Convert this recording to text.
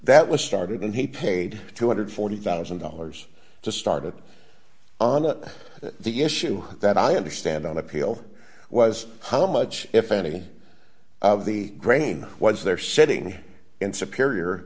that was started and he paid two hundred and forty thousand dollars to start it on the issue that i understand on appeal was how much if any of the grain was there sitting in superior